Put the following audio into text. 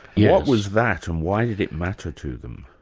what was that, and why did it matter to them?